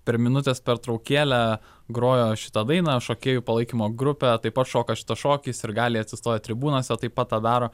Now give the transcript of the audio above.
per minutės pertraukėlę grojo šitą dainą šokėjų palaikymo grupė taip pat šoka šitą šokį sirgaliai atsistoję tribūnose taip pat tą daro